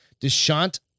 Deshant